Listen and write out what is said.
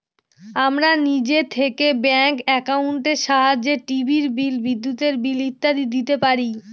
আমরা নিজে থেকে ব্যাঙ্ক একাউন্টের সাহায্যে টিভির বিল, বিদ্যুতের বিল ইত্যাদি দিতে পারি